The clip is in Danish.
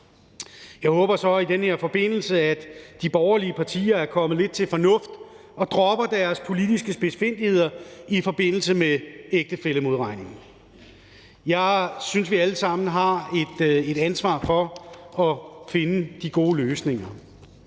Jeg håber så i den her forbindelse, at de borgerlige partier er kommet lidt til fornuft og dropper deres politiske spidsfindigheder i forbindelse med ægtefællemodregning. Jeg synes, vi alle sammen har et ansvar for at finde de gode løsninger.